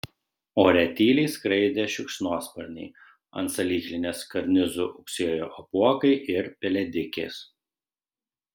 ore tyliai skraidė šikšnosparniai ant salyklinės karnizų ūksėjo apuokai ir pelėdikės